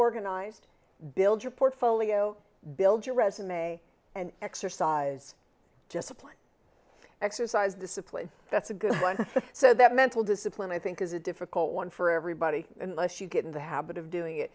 organized build your portfolio build your resume and exercise just supplant exercise discipline that's a good one so that mental discipline i think is a difficult one for everybody unless you get in the habit of doing it